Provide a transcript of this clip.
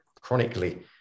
chronically